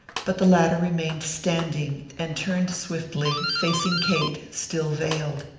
but the latter remained standing and turned swiftly, facing kate, still veiled.